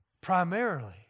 primarily